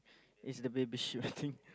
is the baby sheep I think